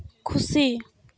ᱠᱷᱩᱥᱤ